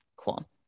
Cool